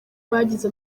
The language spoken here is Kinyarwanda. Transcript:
bagize